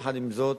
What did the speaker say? יחד עם זאת,